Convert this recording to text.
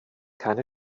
keine